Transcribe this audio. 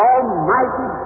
Almighty